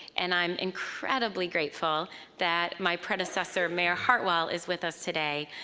and i'm incredibly grateful that my predecessor, mayor heartwell, is with us today.